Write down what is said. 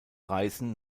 reisen